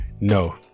No